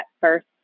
first